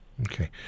okay